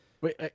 Wait